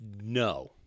No